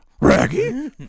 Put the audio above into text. Raggy